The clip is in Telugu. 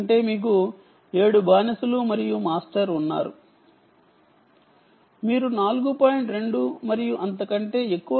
అప్పుడు మీకు 7 స్లేవ్ లు మరియు ఒక మాస్టర్ ఉండేది